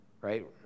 right